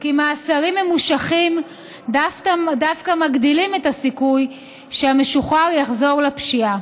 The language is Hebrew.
מאסרים ממושכים דווקא מגדילים את הסיכוי שהמשוחרר יחזור לפשיעה.